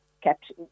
kept